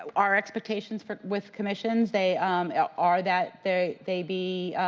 our expectations with commissions, they um ah are that they they be